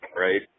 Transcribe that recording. right